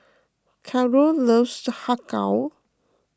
Caron loves Har Kow